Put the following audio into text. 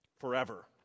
forever